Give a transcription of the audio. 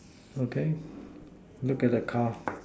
okay look at the car